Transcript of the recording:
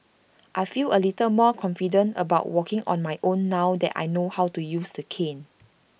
I feel A little more confident about walking on my own now that I know how to use the cane